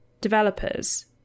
developers